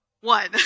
One